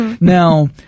now